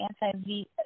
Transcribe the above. anti-V